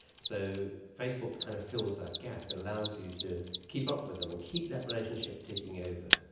so facebook kind of fills that gap, it allows you to keep up with them and keep that relationship ticking over.